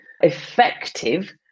effective